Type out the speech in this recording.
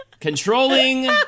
controlling